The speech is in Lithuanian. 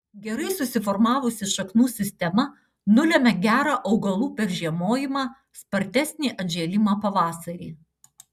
gerai susiformavusi šaknų sistema nulemia gerą augalų peržiemojimą spartesnį atžėlimą pavasarį